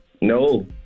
No